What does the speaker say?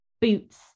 boots